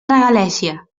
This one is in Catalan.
regalèssia